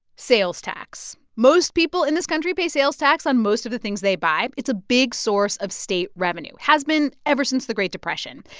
sales tax most people in this country pay sales tax on most of the things they buy. it's a big source of state revenue has been ever since the great depression.